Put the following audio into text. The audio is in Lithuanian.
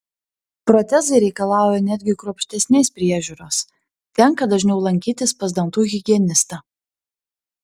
protezai reikalauja netgi kruopštesnės priežiūros tenka dažniau lankytis pas dantų higienistą